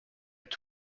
they